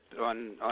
on